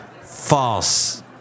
False